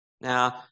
Now